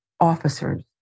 officers